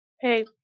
Hey